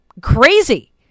crazy